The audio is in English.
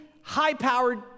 high-powered